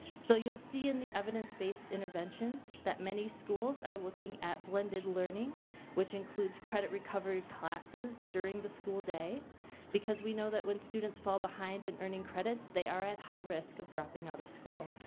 so you'll see in the evidence based interventions that many schools are looking at blended learning which includes credit recovery classes during the school day because we know that when students fall behind in earning credits they are at high risk of dropping out of school.